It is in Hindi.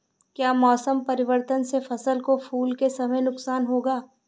क्या मौसम परिवर्तन से फसल को फूल के समय नुकसान होगा?